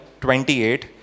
28